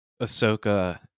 ahsoka